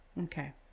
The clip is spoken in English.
Okay